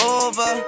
over